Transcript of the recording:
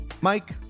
Mike